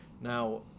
Now